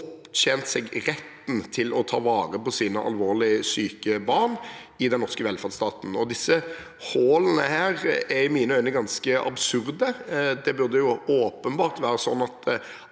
opptjent seg retten til å ta vare på sine alvorlig syke barn i den norske velferdsstaten. Disse hullene er i mine øyne ganske absurde. Det burde åpenbart være sånn at